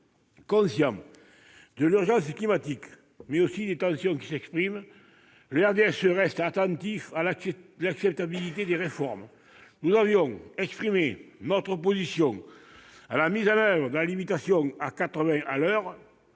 Conscient de l'urgence climatique, mais aussi des tensions qui s'expriment, le RDSE reste attentif à l'acceptabilité des réformes. Nous avions exprimé notre opposition à la mise en oeuvre de la limitation de vitesse